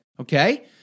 okay